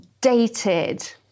dated